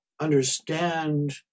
understand